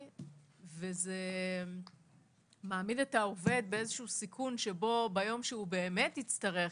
וזה מעמיד את העובד באיזה סיכון לכך שביום שהוא באמת יצטרך